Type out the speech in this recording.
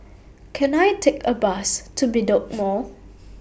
Can I Take A Bus to Bedok Mall